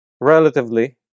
relatively